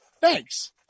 Thanks